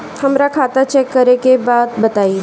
हमरा खाता चेक करे के बा बताई?